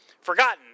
forgotten